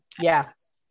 Yes